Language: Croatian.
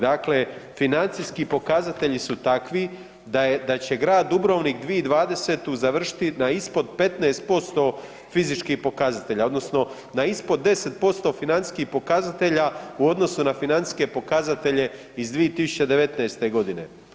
Dakle, financijski pokazatelji su takvi da će grad Dubrovnik 2020.-tu završiti na ispod 15% fizičkih pokazatelja odnosno na ispod 10% financijskih pokazatelja u odnosu na financijske pokazatelje iz 2019. godine.